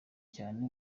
cyane